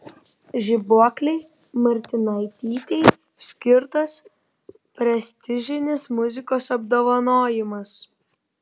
žibuoklei martinaitytei skirtas prestižinis muzikos apdovanojimas